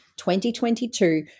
2022